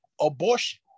abortion